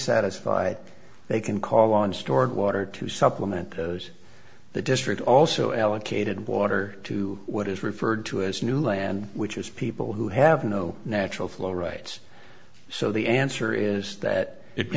satisfied they can call on stored water to supplement the district also allocated water to what is referred to as new land which is people who have no natural flow rights so the answer is that